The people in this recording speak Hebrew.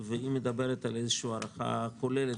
שמדברת על הערכה כוללת,